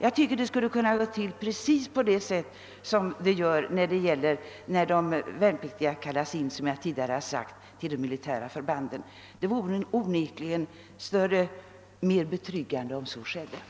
Jag tycker vidare att det borde övervägas om inte motsvarande bestämmelser när det gäller kontroll av tilldelad och överbliven ammunition som tillämpas vid skjutövningar vid utbildning vid de militära förbanden kunde tillämpas också för frivilligorganisationerna. Det vore onekligen mera betryggande om så skedde.